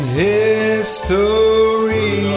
history